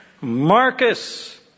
Marcus